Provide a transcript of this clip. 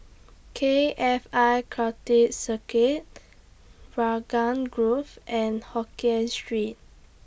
K F I Karting Circuit Raglan Grove and Hokkien Street